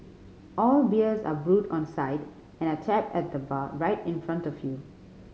all beers are brewed on site and are tapped at the bar right in front of you